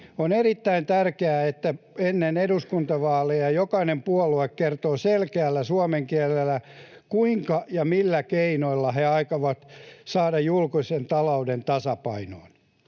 On erittäin tärkeää, että ennen eduskuntavaaleja jokainen puolue kertoo selkeällä suomen kielellä, kuinka ja millä keinoilla he aikovat saada julkisen talouden tasapainoon.